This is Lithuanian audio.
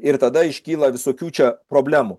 ir tada iškyla visokių čia problemų